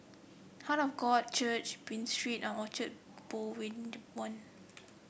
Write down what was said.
heart of God Church Buroh Street and Orchard Boulevard